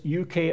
UK